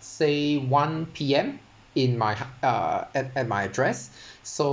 say one P_M in my uh at at my address so